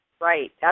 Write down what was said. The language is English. Right